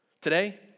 Today